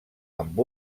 amb